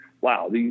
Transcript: wow